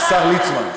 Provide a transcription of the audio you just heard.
השר ליצמן.